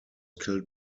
killed